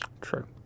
True